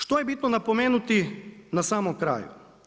Što je bitno napomenuti na samom kraju?